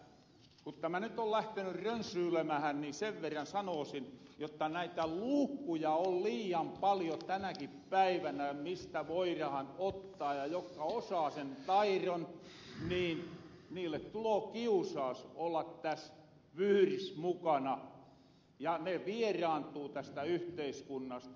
mutta kun tämä nyt on lähteny rönsyylemähän niin sen verran sanoosin jotta tänäkin päivänä on liian paljon näitä luukkuja mistä voirahan ottaa ja jotka osaa sen tairon niille tuloo kiusaus olla tässä vyyhrissä mukana ja ne vieraantuu tästä yhteiskunnasta